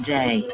day